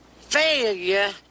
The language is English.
failure